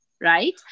right